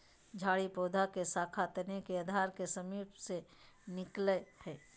झाड़ी पौधा के शाखा तने के आधार के समीप से निकलैय हइ